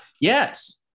Yes